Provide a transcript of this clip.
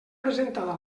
presentada